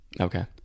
Okay